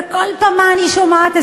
וכל פעם, מה אני שומעת?